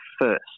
first